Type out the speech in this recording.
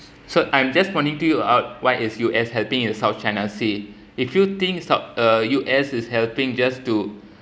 so I'm just pointing to you out why is U_S helping in the south china sea if you think south uh U_S is helping just to